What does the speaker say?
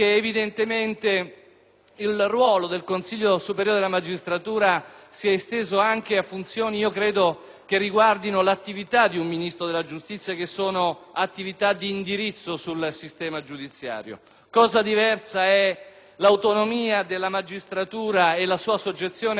il ruolo del Consiglio superiore della magistratura si è esteso anche a funzioni - che dovrebbero riguardare l'attività di un Ministro della giustizia - di indirizzo sul sistema giudiziario. Cosa diversa è l'autonomia della magistratura e la sua soggezione unicamente alla legge.